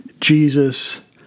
Jesus